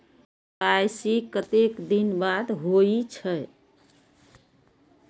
KYC कतेक दिन बाद होई छै?